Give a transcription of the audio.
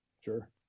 Sure